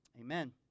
amen